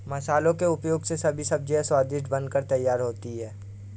मसालों के उपयोग से सभी सब्जियां स्वादिष्ट बनकर तैयार होती हैं